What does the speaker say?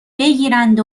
بگیرند